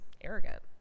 arrogant